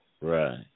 right